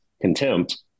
contempt